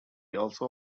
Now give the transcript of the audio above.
also